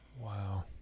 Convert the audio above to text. Wow